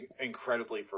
incredibly